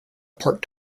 part